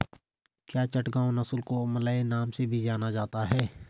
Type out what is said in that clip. क्या चटगांव नस्ल को मलय नाम से भी जाना जाता है?